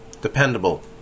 dependable